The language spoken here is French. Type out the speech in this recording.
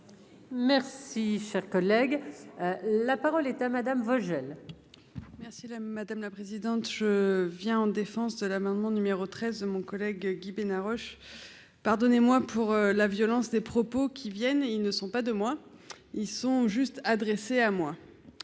Merci, cher collègue, la parole est à madame Vogel. Merci madame la présidente, je viens en défense de l'amendement numéro 13, mon collègue Guy Bénard Roche pardonnez-moi pour la violence des propos qui viennent et ils ne sont pas de moi, ils sont juste adressé à moi,